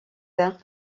vers